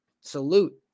Salute